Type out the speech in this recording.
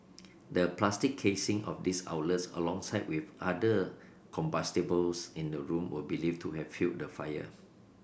the plastic casing of these outlets alongside with other combustibles in the room were believed to have fuelled the fire